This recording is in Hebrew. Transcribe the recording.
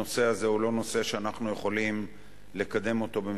הנושא הזה הוא לא נושא שאנחנו יכולים לקדם אותו לא